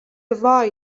وای